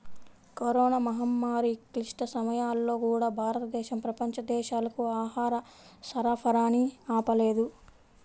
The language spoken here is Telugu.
కరోనా మహమ్మారి క్లిష్ట సమయాల్లో కూడా, భారతదేశం ప్రపంచ దేశాలకు ఆహార సరఫరాని ఆపలేదు